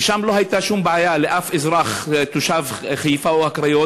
ושם לא הייתה שום בעיה לאף אזרח תושב חיפה או הקריות,